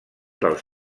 dels